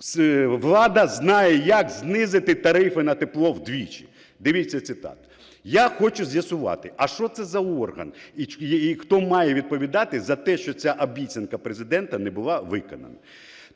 що влада знає, як знизити тарифи на тепло вдвічі, дивіться цитату. Я хочу з'ясувати: а що це за орган? І хто має відповідати за те, що ця обіцянка Президента не була виконана?